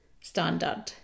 standard